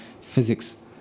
physics